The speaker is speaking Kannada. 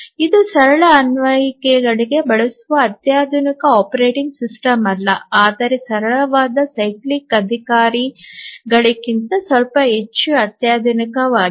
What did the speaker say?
ಇದು ಸರಳ ಅನ್ವಯಿಕೆಗಳಿಗೆ ಬಳಸುವ ಅತ್ಯಾಧುನಿಕ ಆಪರೇಟಿಂಗ್ ಸಿಸ್ಟಮ್ ಅಲ್ಲ ಆದರೆ ಸರಳವಾದ ಸೈಕ್ಲಿಕ್ ಅಧಿಕಾರಿಗಳಿಗಿಂತ ಸ್ವಲ್ಪ ಹೆಚ್ಚು ಅತ್ಯಾಧುನಿಕವಾಗಿದೆ